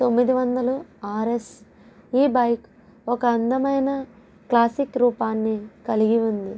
తొమ్మిది వందలు ఆర్ఎస్ ఈ బైక్ ఒక అందమైన క్లాసిక్ రూపాన్ని కలిగి ఉంది